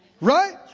Right